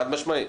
חד-משמעית.